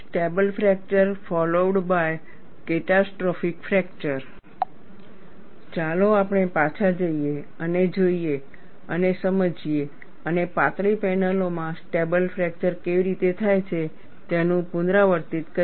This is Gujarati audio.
stable fracture followed by catastrophic fracture ચાલો આપણે પાછા જઈએ અને જોઈએ અને સમજીએ અને પાતળી પેનલોમાં સ્ટેબલ ફ્રેકચર કેવી રીતે થાય છે તેનું પુનરાવર્તિત કરીએ